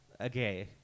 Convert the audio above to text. Okay